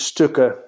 Stukken